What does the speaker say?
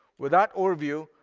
with that overview,